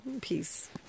Peace